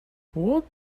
what